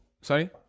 Sorry